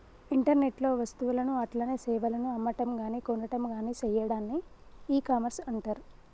internet లో వస్తువులను అట్లనే సేవలను అమ్మటంగాని కొనటంగాని సెయ్యాడాన్ని ఇకామర్స్ అంటర్